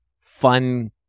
Fun